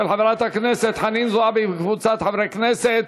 של חברת הכנסת חנין זועבי וקבוצת חברי הכנסת,